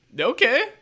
okay